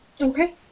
Okay